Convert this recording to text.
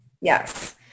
Yes